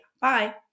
bye